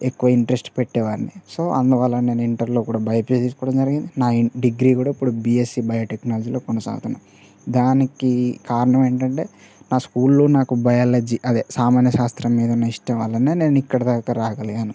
ఎక్కువ ఇంట్రెస్ట్ పెట్టేవాడిని సో అందువల్ల నేను ఇంటర్లో కూడా బైపీసీ తీసుకోవడం జరిగింది నా ఇం డిగ్రీ కూడా ఇప్పుడు బీఎస్సి బయోటెక్నాలజీలో కొనసాగుతున్న దానికి కారణం ఏంటంటే నా స్కూల్లో నాకు బయాలజీ అదే సామాన్య శాస్త్రం మీదున్న ఇష్టం వల్లనే నేను ఇక్కడ దాకా రాగలిగాను